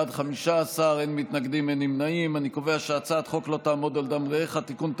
את הצעת חוק לא תעמוד על דם רעך (תיקון,